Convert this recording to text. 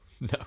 No